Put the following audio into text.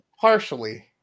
partially